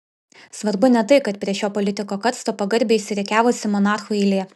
svarbu ne tai kad prie šio politiko karsto pagarbiai išsirikiavusi monarchų eilė